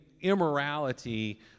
Immorality